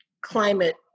climate